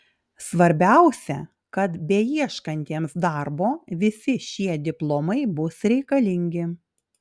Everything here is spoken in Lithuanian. svarbiausia kad beieškantiems darbo visi šie diplomai bus reikalingi